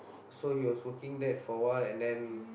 so he was working that for a while and then